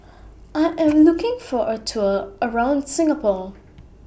I Am looking For A Tour around Singapore